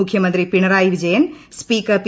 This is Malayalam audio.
മുഖ്യമന്ത്രി പിണറായി വിജയൻ സ്പീക്കർ പി